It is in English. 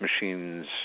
machines